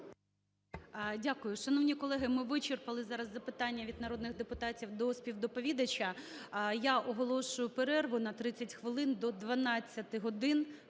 Дякую. Шановні колеги, ми вичерпали зараз запитання від народних депутатів до співдоповідача. Я оголошую перерву на 30 хвилин, до 12 годин